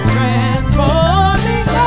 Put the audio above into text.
Transforming